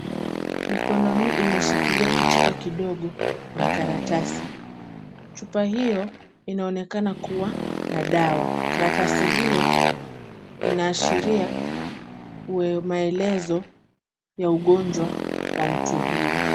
Mikono hii imeshikilia kichupa kidogo na karatasi. Chupa hiyo inaonekana kuwa na dawa. Karatasi hiyo inaashiria maelezo ya ugonjwa wa mtu huyu.